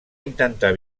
intentar